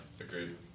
Agreed